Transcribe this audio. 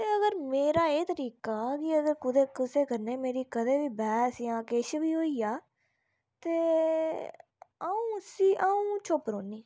ते अगर में एह् तरीका गी अगर कुदै कुस्न कने मेरी कदें बी बहस जां किश बी होंदा ते अ'ऊं उसी अ'ऊं रौहन्नीं